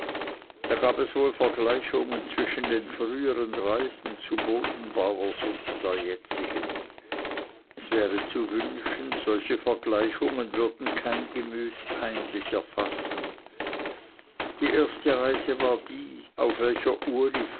da gab es wohl vergleichungen zwischen den frühern reisen zu bodenbauers und der jetzigen es wäre zu wünschen solche vergleichungen würde kein gemüt peinlicher fassen die erste reise war die auf welcher